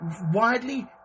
widely